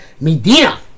Medina